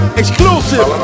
exclusive